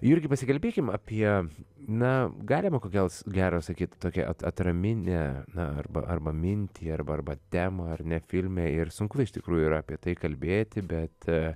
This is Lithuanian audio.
jurgi pasikalbėkim apie na galima kodėl gero sakyt tokia atraminė na arba arba mintį arba arba temą ar ne filme ir sunkutai iš tikrųjų yra apie tai kalbėti bet